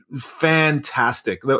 fantastic